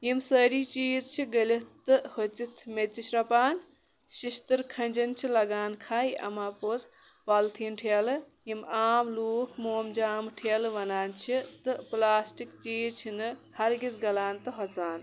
یِم سٲری چیٖز چھِ گٔلِتھ تہٕ ہۄژِتھ میٚژِ شرٛۄپان شِشتٕر کھَنجَن چھُ لَگان کھَے اَماپوٚز پالتھیٖن ٹھیلہٕ یِم عام لُکھ مومجام ٹھیلہٕ وَنان چھِ تہٕ پٕلاسٹِک چیٖز چھِنہٕ ہَرگِز گَلان تہٕ ہۄژان